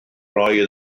oedd